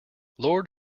lord